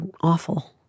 awful